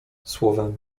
słowem